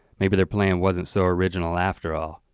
maybe their plan wasn't so original after all.